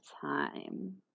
time